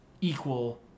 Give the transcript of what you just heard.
equal